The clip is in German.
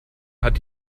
hat